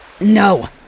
No